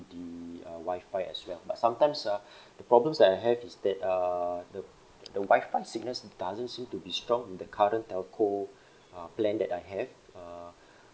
the uh Wi-Fi as well but sometimes ah the problems that I have is that uh the the Wi-Fi signals doesn't seem to be strong with the current telco uh plan that I have uh